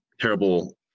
terrible